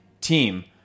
team